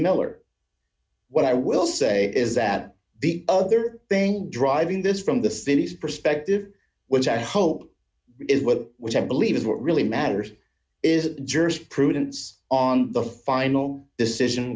miller what i will say is that the other thing driving this from the city's perspective which i hope is what which i believe is what really matters is jersey prudence on the final decision